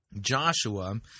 Joshua